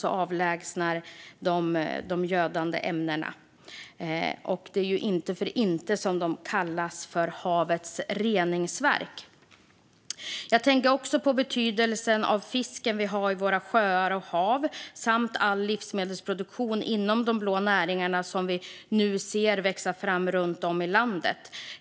De avlägsnar alltså de gödande ämnena. Det är inte för intet de kallas havets reningsverk. Jag tänker också på betydelsen av den fisk vi har i våra sjöar och hav samt all livsmedelsproduktion inom de blå näringar vi nu ser växa fram runt om i landet.